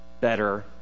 better